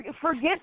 forget